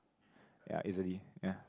ya easily ya